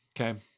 Okay